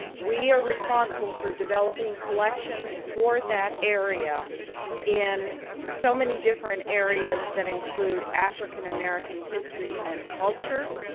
we are responsible for developing collections for that area and so many different areas that include african-american history and culture,